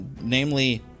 namely